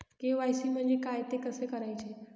KYC म्हणजे काय? ते कसे करायचे?